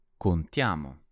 Contiamo